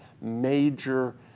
major